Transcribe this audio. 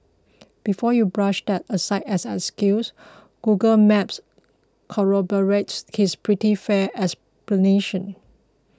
before you brush that aside as an excuse Google Maps corroborates pretty fair explanation